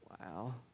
wow